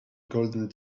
golden